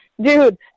dude